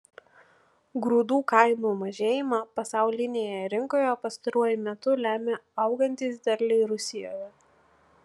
grūdų kainų mažėjimą pasaulinėje rinkoje pastaruoju metu lemia augantys derliai rusijoje